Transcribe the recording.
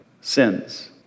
sins